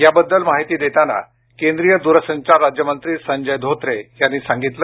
याबद्दल माहिती देताना केंद्रीय दूरसंचार राज्यमंत्री संजय धोत्रे यांनी सांगितलं